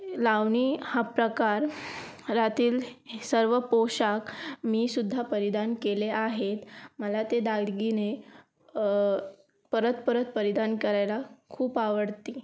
लावणी हा प्रकार रातील सर्व पोशाख मी सुद्धा परिधान केले आहेत मला ते दागिने परत परत परिधान करायला खूप आवडती